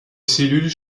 cellules